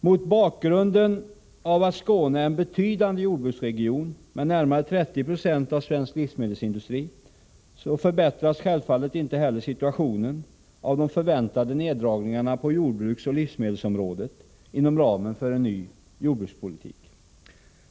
Mot bakgrund av att Skåne är en betydande jordbruksregion, med närmare 30 96 av svensk livsmedelsindustri, förbättras självfallet inte heller situationen av de förväntade neddragningarna på jordbruksoch livsmedelsområdet inom ramen för en ny jordbrukspolitik.